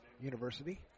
University